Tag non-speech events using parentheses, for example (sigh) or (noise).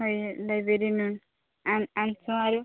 library ma'am (unintelligible)